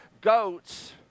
goats